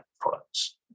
products